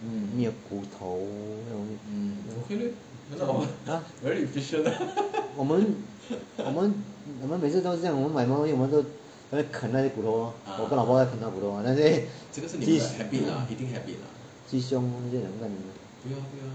mm 没有骨头那种东西 !huh! 我们我们我们都是这样我们买东西我们就是在那边啃那些骨头我跟我老婆在啃骨头 eh 鸡胸我们两个女儿